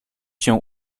się